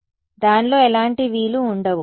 దానిలో ఎలాంటి v లు ఉండవు